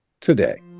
today